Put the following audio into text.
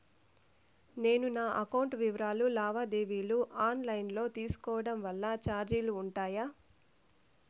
నేను నా అకౌంట్ వివరాలు లావాదేవీలు ఆన్ లైను లో తీసుకోవడం వల్ల చార్జీలు ఉంటాయా?